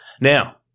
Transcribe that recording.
now